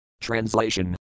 Translation